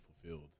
fulfilled